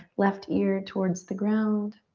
left ear towards the ground.